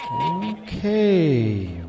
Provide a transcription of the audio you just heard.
Okay